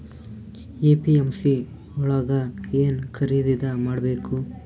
APMC ಯೊಳಗ ಏನ್ ಖರೀದಿದ ಮಾಡ್ಬೇಕು?